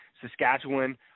Saskatchewan